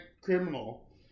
criminal